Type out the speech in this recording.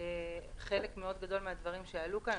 חלק מאוד גדול מהדברים שעלו פה.